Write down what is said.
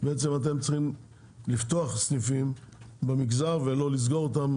בעצם אתם צריכים לפתוח סניפים במגזר ולא לסגור אותם,